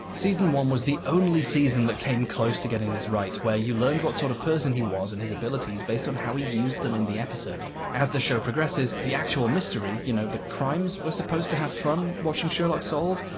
season one was the only season that came close to getting this right. where you learned what sort of person he was and his abilities based on how he used them in the episode. as the show progresses the actual mystery you know the crimes we're supposed to have fun watching sherlock solve?